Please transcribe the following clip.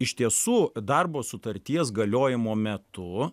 iš tiesų darbo sutarties galiojimo metu